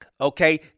Okay